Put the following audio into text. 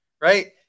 right